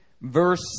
verse